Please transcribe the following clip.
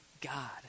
God